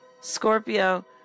Scorpio